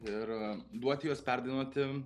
ir duoti juos perdainuoti